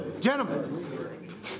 gentlemen